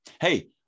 hey